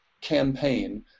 campaign